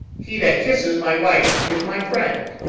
he that kisses my wife is my friend.